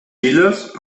filles